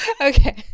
Okay